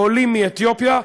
לעולים מאתיופיה.